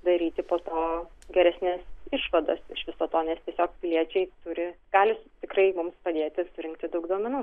daryti po to geresnes išvadas iš viso to nes tiesiog piliečiai turi gali tikrai mums padėti surinkti daug duomenų